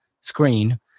screen